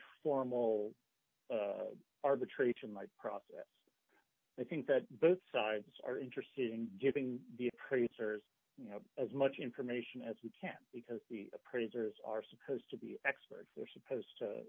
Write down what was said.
formal arbitration process i think that both sides are interested in giving the appraisers you know as much information as we can because the appraisers are supposed to be experts they're supposed to